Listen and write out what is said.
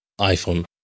iPhone